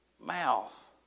mouth